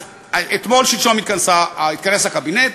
אז אתמול-שלשום התכנס הקבינט,